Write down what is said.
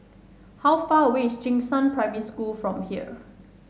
how far away is Jing Shan Primary School from here